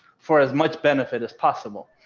for as much benefit as possible.